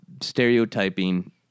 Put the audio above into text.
stereotyping